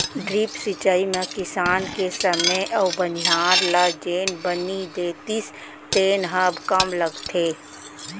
drip सिंचई म किसान के समे अउ बनिहार ल जेन बनी देतिस तेन ह कम लगथे